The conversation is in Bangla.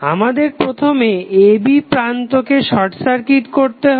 আমাদের প্রথমে a b প্রান্তকে শর্ট সার্কিট করতে হবে